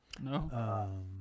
No